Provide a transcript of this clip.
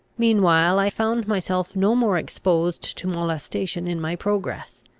meanwhile i found myself no more exposed to molestation in my progress,